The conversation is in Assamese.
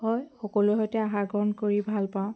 মই সকলোৰে সৈতে আহাৰ গ্ৰহণ কৰি ভালপাওঁ